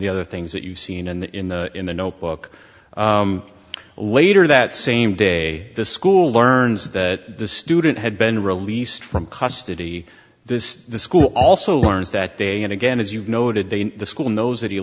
the other things that you've seen in the in the in the notebook later that same day the school learns that the student had been released from custody this the school also learns that day and again as you've noted the school knows that he